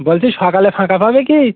বলছি সকালে ফাঁকা পাবে কি